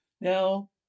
Now